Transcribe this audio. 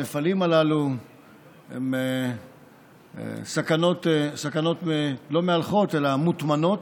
הנפלים הללו הם סכנות לא מהלכות אלא מוטמנות,